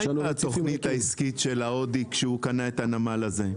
מה התוכנית העסקית של ההודי כשקנה את הנמל הזה?